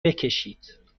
بکشید